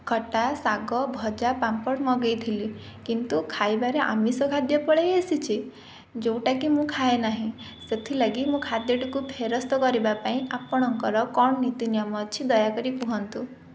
ଖଟା ଶାଗ ଭଜା ପାମ୍ପଡ଼ ମଗେଇଥିଲି କିନ୍ତୁ ଖାଇବାରେ ଆମିଷ ଖାଦ୍ୟ ପଳେଇ ଆସିଛି ଯେଉଁଟାକି ମୁଁ ଖାଏନାହିଁ ସେଥିଲାଗି ମୁଁ ଖାଦ୍ୟଟିକୁ ଫେରସ୍ତ କରିବା ପାଇଁ ଆପଣଙ୍କର କ'ଣ ନୀତିନିୟମ ଅଛି ଦୟାକରି କୁହନ୍ତୁ